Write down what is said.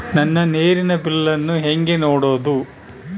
ನನ್ನ ನೇರಿನ ಬಿಲ್ಲನ್ನು ಹೆಂಗ ನೋಡದು?